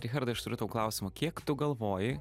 richardai aš turiu tau klausimą kiek tu galvoji